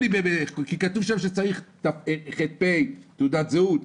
כתוב שם שצריך ח"פ, תעודת זהות.